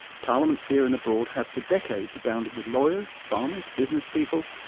parliaments here and abroad have for decades abounded with lawyers, farmers, business people,